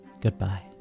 Goodbye